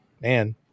man